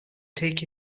take